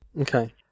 Okay